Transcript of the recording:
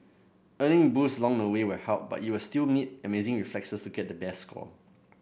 earning boosts long the way will help but you'll still need amazing reflexes to get the best score